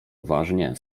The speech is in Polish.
uważnie